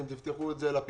אתם תפתחו את זה לפריפריה,